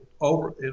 over—